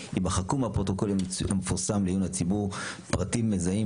יימחקו מהפרוטוקול המפורסם לעיון הציבור פרטים מזהים